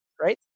right